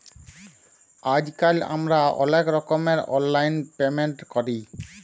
আইজকাল আমরা অলেক রকমের অললাইল পেমেল্ট ক্যরি